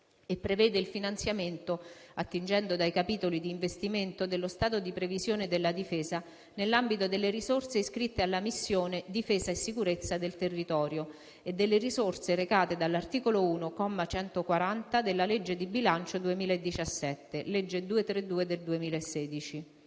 prevede il finanziamento attingendo dai capitoli d'investimento dello stato di previsione della Difesa nell'ambito delle risorse iscritte alla missione «difesa e sicurezza del territorio» e delle risorse recate dall'articolo 1, comma 140, della legge di bilancio 2017, legge n. 232 del 2016.